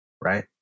right